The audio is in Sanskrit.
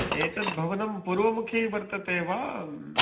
एतत् भवनं पूर्वमुखि वर्तते वा